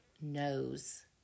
knows